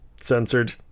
censored